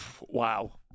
wow